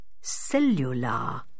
cellular